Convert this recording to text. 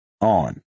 on